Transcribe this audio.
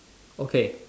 okay